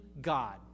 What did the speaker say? God